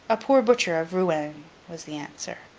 a poor butcher of rouen was the answer.